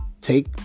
take